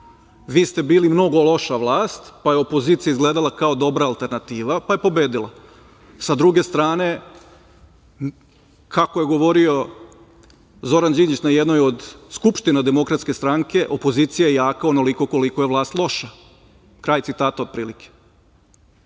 Vi ste bili mnogo loša vlast, pa je opozicija izgledala kao dobra alternativa, pa je pobedila. Sa druge strane, kako je govorio Zoran Đinđić na jednoj od skupština Demokratske stranke: "Opozicija je jaka onoliko koliko je vlast loša", kraj citata otprilike.